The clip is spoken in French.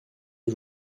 les